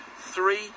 three